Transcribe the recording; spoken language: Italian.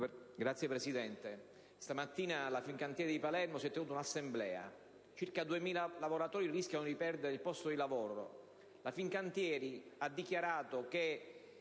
Presidente, stamattina alla Fincantieri di Palermo si è tenuta un'assemblea: circa 2000 lavoratori rischiano di perdere il posto di lavoro. La Fincantieri ha dichiarato che